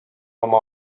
oma